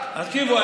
תקשיבו,